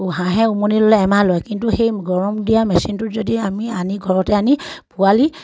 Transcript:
হাঁহে উমনি ল'লে এমাহ লয় কিন্তু সেই গৰম দিয়া মেচিনটোত যদি আমি আনি ঘৰতে আনি পোৱালি